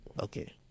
Okay